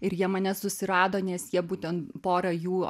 ir jie mane susirado nes jie būtent pora jų